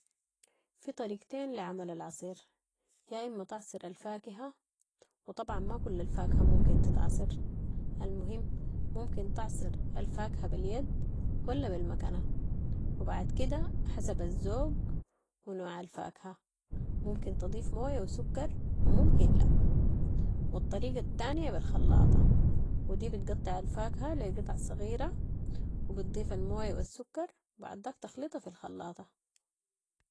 في طريقتين لعمل العصير، يا اما تعصر الفاكهه و طبعا ما كل الفواكه ممكن تتعصر، المهم ممكن تعصر الفاكهة باليد ولا بالمكنة و بعد كده حسب الذوق و نوع الفاكهه، ممكن تضيف موية و سكر و ممكن لا و الطريقه التانية بالخلاطة و دي بتقطع الفاكهه لي قطع صغيرة و بتضيف الموية و السكر و بعداك تخلطها في الخلاطة.